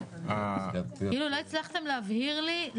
כאילו לא הצלחתם להבהיר לי,